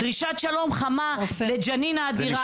"דרישת שלום חמה לג'נין האדירה".